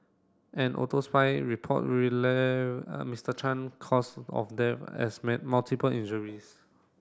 an report Mister Chan cause of death as multiple injuries